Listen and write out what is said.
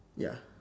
ya